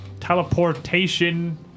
teleportation